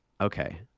okay